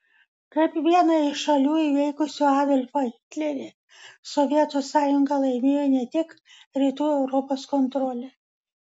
kaip viena iš šalių įveikusių adolfą hitlerį sovietų sąjunga laimėjo ne tik rytų europos kontrolę